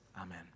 amen